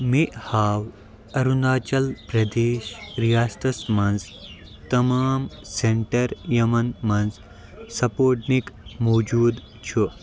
مےٚ ہاو اروٗناچل پرٛدیش ریاستس مَنٛز تمام سینٹر یِمَن منٛز سپُوٹنِک موٗجوٗد چھُ